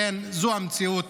זו המציאות